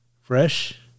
Fresh